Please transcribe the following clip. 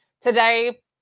today